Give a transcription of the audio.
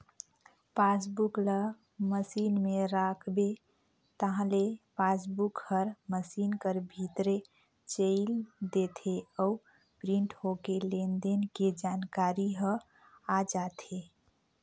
passbook ल machine में राखबे ताहले पासबुक हर मसीन कर भीतरे चइल देथे अउ प्रिंट होके लेन देन के जानकारी ह आ जाथे